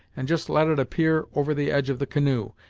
and just let it appear over the edge of the canoe,